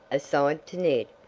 aside to ned,